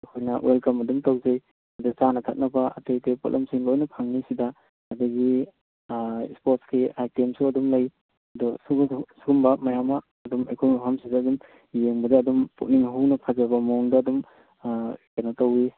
ꯑꯩꯈꯣꯏꯅ ꯋꯦꯜꯀꯝ ꯑꯗꯨꯝ ꯇꯧꯖꯩ ꯑꯗꯣ ꯆꯥꯅ ꯊꯛꯅꯕ ꯑꯇꯩ ꯑꯇꯩ ꯄꯣꯠꯂꯝꯁꯤꯡ ꯂꯣꯏꯅ ꯐꯪꯅꯤ ꯑꯁꯤꯗ ꯑꯗꯨꯙꯒꯤ ꯁ꯭ꯄꯣꯔꯠꯁꯀꯤ ꯑꯏꯇꯦꯝꯁꯨ ꯑꯗꯨꯝ ꯂꯩ ꯑꯗꯣ ꯁꯤꯒꯨꯝꯕ ꯃꯌꯥꯝ ꯑꯃ ꯑꯗꯨꯝ ꯑꯩꯈꯣꯏ ꯃꯐꯝꯁꯤꯗ ꯑꯗꯨꯝ ꯌꯦꯡꯕꯗ ꯑꯗꯨꯝ ꯄꯨꯛꯅꯤꯡ ꯍꯨꯟꯅ ꯐꯖꯕ ꯃꯑꯣꯡꯗ ꯑꯗꯨꯝ ꯀꯩꯅꯣ ꯇꯧꯏ